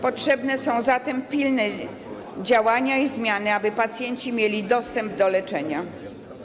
Potrzebne są zatem pilne działania i zmiany, aby pacjenci mieli dostęp do leczenia.